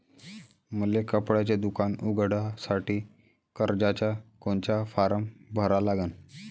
मले कपड्याच दुकान उघडासाठी कर्जाचा कोनचा फारम भरा लागन?